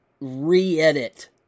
re-edit